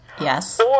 Yes